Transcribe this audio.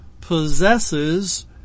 possesses